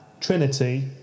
Trinity